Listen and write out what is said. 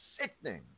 sickening